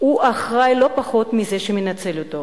אחראי לא פחות מזה שמנצל אותה.